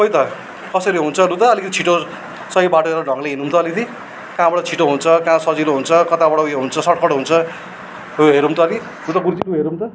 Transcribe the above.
खोई त कसरी हुन्छ लु त अलिकिति छिटो सही बाटो एउटा ढङ्गले हिँडौँ त अलिकति कहाँबाट छिटो हुन्छ कहाँ सजिलो हुन्छ कताबाट उयो हुन्छ सर्टकट हुन्छ लु हेरौँ त लु त गुरुजी लु हेरैँ त